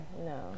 No